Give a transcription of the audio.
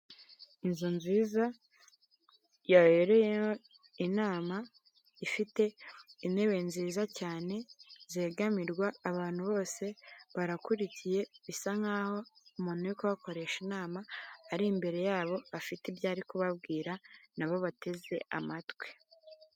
Inzu nziza yabereyemo inama, ifite intebe nziza cyane zegamirwa, abantu bose barakurikiye, bisa nk'aho umuntu uri kubakoresha inama ari imbere yabo, afite ibyo ari kubabwira, na bo bateze amatwi.